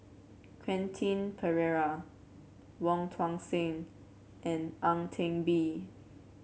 Quentin Pereira Wong Tuang Seng and Ang Teck Bee